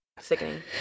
sickening